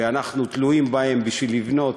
ואנחנו תלויים בהם בשביל לבנות,